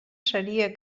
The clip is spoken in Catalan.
seria